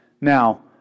Now